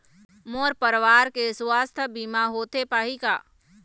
मोर परवार के सुवास्थ बीमा होथे पाही का?